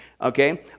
okay